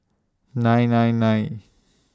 nine nine nine